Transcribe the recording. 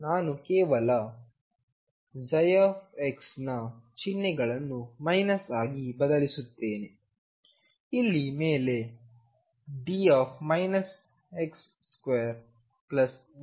ನಾನು ಕೇವಲx ನ ಚಿಹ್ನೆಗಳನ್ನು ಮೈನಸ್ ಆಗಿ ಬದಲಿಸುತ್ತೇನೆ ಇಲ್ಲಿ ಮೇಲೆ d x2V x xEψ